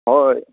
হয়